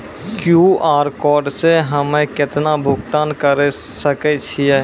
QR code से हम्मय केतना भुगतान करे सके छियै?